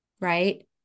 Right